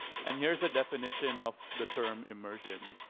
and here's a definition of the term immersion.